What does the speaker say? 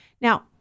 Now